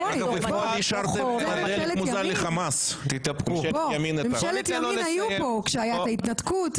ממשלת ימין הייתה כאן כשהייתה ההתנתקות.